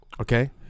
Okay